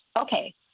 Okay